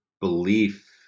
belief